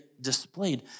displayed